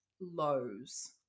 lows